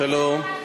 עכשיו עלה אחד